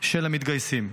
של המתגייסים.